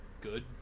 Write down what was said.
good